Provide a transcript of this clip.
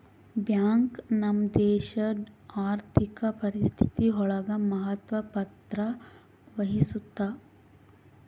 bank ನಮ್ ದೇಶಡ್ ಆರ್ಥಿಕ ಪರಿಸ್ಥಿತಿ ಒಳಗ ಮಹತ್ವ ಪತ್ರ ವಹಿಸುತ್ತಾ